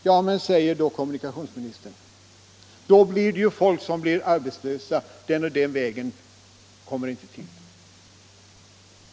Ja men, säger kommunikationsministern, då blir ju folk arbetslösa genom att den och den vägen inte kommer till stånd.